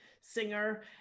Singer